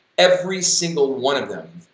every. single. one. of them.